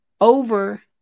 Over